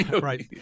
Right